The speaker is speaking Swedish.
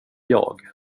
jag